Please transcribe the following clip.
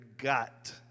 gut